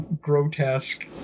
grotesque